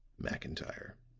mcintyre